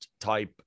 type